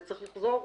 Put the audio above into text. וצריך לחזור,